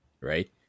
right